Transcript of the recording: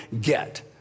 get